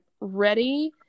ready